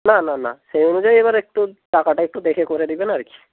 না না না সেই অনুযায়ী এবার একটু টাকাটা একটু দেখে করে দেবেন আর কি